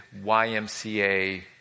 YMCA